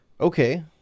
Okay